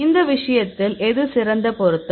இந்த விஷயத்தில் எது சிறந்த பொருத்தம்